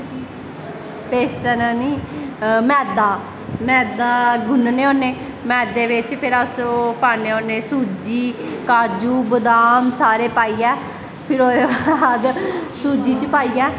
बेसन नी मैद्दा मैद्दा गुन्नने होन्ने मैद्दे बिच्च फिर अस ओह् पान्ने होन्ने सूज्जी काजू बदाम सारे पाइयै फिर ओह्दे बाद सूजी च पाइयै